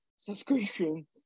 subscription